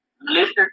listen